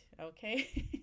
okay